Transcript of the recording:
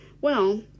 Well